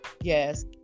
Yes